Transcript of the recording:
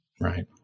right